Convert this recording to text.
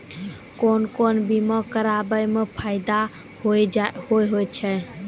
कोन कोन बीमा कराबै मे फायदा होय होय छै?